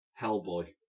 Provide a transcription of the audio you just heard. Hellboy